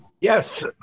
Yes